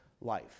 life